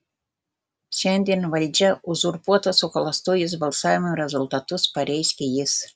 šiandien valdžia uzurpuota suklastojus balsavimo rezultatus pareiškė jis